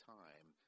time